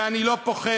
ואני לא פוחד,